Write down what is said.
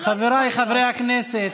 חבריי חברי הכנסת,